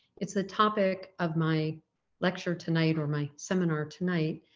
it's the topic of my lecture tonight, or my seminar tonight,